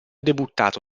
debuttato